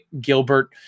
Gilbert